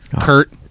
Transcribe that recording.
Kurt